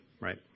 right